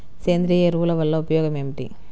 సేంద్రీయ ఎరువుల వల్ల ఉపయోగమేమిటీ?